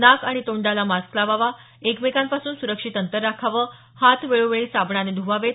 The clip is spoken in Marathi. नाक आणि तोंडाला मास्क लावावा एकमेकांपासून सुरक्षित अंतर राखावं हात वेळोवेळी साबणाने धवावेत